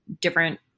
different